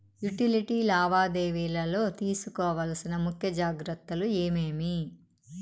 Utility లావాదేవీల లో తీసుకోవాల్సిన ముఖ్య జాగ్రత్తలు ఏమేమి?